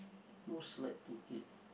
most like to eat